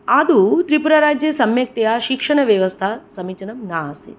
आदु त्रिपुराराज्य सम्यक्तया शिक्षणव्यवस्था समीचीनं ना आसीत्